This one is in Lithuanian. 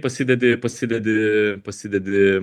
pasidedi pasidedi pasidedi